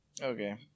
Okay